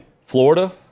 Florida